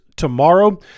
Tomorrow